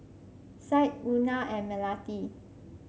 Syed Munah and Melati